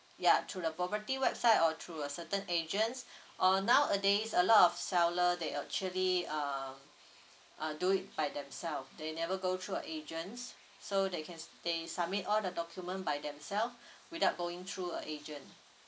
yeah through the property website or through a certain agents uh nowadays a lot of seller they actually um uh do it by themselves they never go through an agents so they can they submit all the document by themselves without going through an agent